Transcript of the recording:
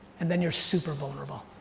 and then you're super vulnerable.